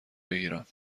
بگیرم